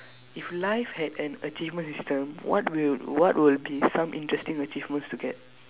if life had an achievement system what will what will be some interesting achievements to get